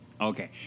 Okay